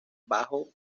bajo